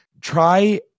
try